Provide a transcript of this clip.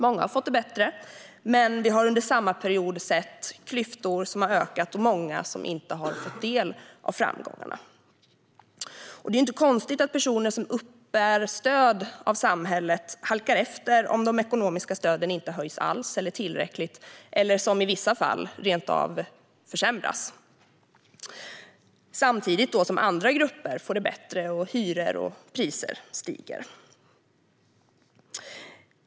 Många har fått det bättre, men vi har under samma period sett att klyftorna ökat och att många inte har fått del av framgångarna. Det är inte konstigt att personer som uppbär stöd från samhället halkar efter om de ekonomiska stöden inte höjs alls eller tillräckligt eller, som i vissa fall, rent av försämras samtidigt som andra grupper får det bättre och hyror och priser stiger.